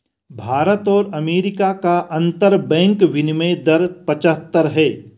भारत और अमेरिका का अंतरबैंक विनियम दर पचहत्तर है